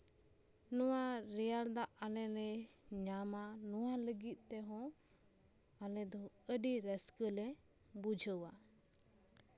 ᱱᱚᱣᱟ ᱨᱮᱭᱟᱲ ᱫᱟᱜ ᱟᱞᱮ ᱞᱮ ᱧᱟᱢᱟ ᱱᱚᱣᱟ ᱞᱟᱹᱜᱤᱫ ᱛᱮᱦᱚᱸ ᱟᱞᱮ ᱫᱚ ᱟᱹᱰᱤ ᱨᱟᱹᱥᱠᱟᱹᱞᱮ ᱵᱩᱡᱷᱟᱹᱣᱟ